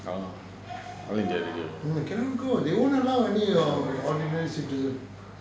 orh all india radio